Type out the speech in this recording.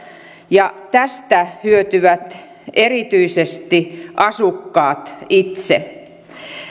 ja tästä hyötyvät erityisesti asukkaat itse